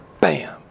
Bam